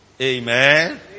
Amen